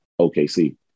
OKC